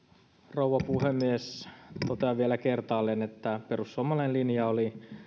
rouva puhemies totean vielä kertaalleen että perussuomalainen linja oli